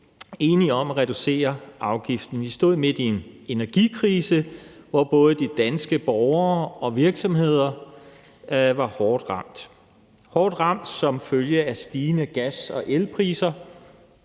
enige om at reducere afgiften. Vi stod midt i en energikrise, hvor både de danske borgere og virksomheder var hårdt ramt. De var hårdt ramt som følge af stigende gas- og elpriser.